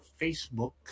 Facebook